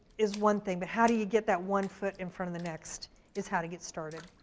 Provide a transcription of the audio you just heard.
is one thing, but how do you get that one foot in front of the next is how to get started.